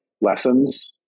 lessons